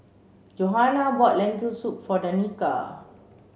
Johanna bought Lentil soup for Danika